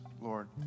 Lord